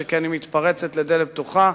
שכן היא מתפרצת לדלת פתוחה.